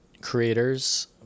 creators